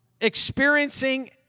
experiencing